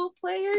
players